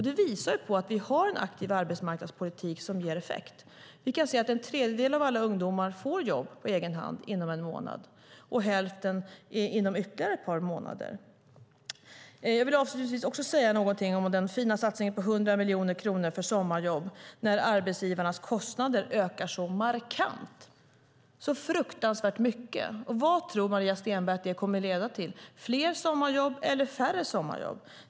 Det visar att vi har en aktiv arbetsmarknadspolitik som ger effekt. En tredjedel av alla ungdomar får jobb på egen hand inom en månad och hälften inom ytterligare ett par månader. Jag vill avslutningsvis säga något om den fina satsningen på 100 miljoner kronor för sommarjobb när arbetsgivarnas kostnader ökar så markant, så fruktansvärt mycket. Vad tror Maria Stenberg att det kommer att leda till, fler sommarjobb eller färre sommarjobb?